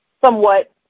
somewhat